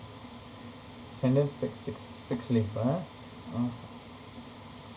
standard fixed six~ fixed leave ah okay